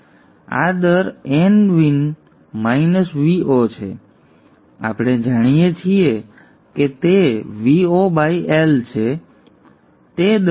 તેથી આ દર nVin Vo છે અહીં આપણે જાણીએ છીએ કે તે Vo બાય L છે